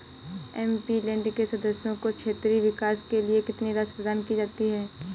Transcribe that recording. MP land के सदस्यों को क्षेत्रीय विकास के लिए कितनी राशि प्रदान की जाती है?